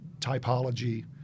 typology